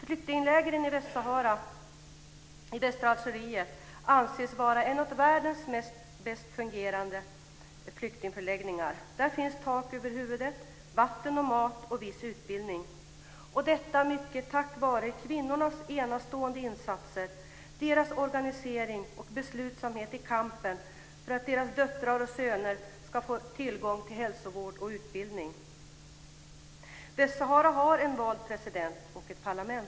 Flyktinglägren i Västsahara i västra Algeriet anses vara en av världens bäst fungerande flyktingförläggningar. Där finns tak över huvudet, vatten, mat och viss utbildning, detta mycket tack vare kvinnornas enastående insatser och deras organisering och beslutsamhet i kampen för att deras döttrar och söner ska få tillgång till hälsovård och utbildning. Västsahara har en vald president och ett parlament.